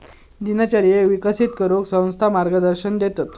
दिनचर्येक विकसित करूक संस्था मार्गदर्शन देतत